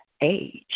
age